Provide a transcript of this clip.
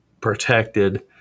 protected